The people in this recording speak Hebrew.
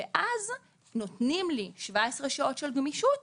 ואז נותנים לי 17 שעות של גמישות,